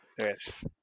Yes